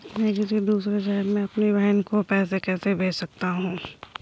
मैं किसी दूसरे शहर से अपनी बहन को पैसे कैसे भेज सकता हूँ?